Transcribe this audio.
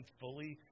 fully